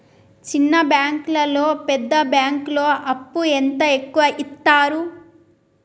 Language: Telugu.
చిన్న బ్యాంకులలో పెద్ద బ్యాంకులో అప్పు ఎంత ఎక్కువ యిత్తరు?